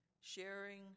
sharing